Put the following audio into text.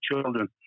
children